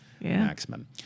maximum